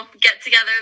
get-together